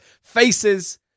Faces